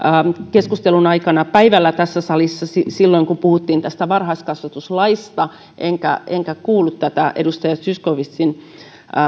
keskustelun aikana päivällä tässä salissa silloin kun puhuttiin tästä varhaiskasvatuslaista enkä enkä kuullut edustaja zyskowiczin